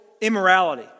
immorality